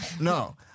No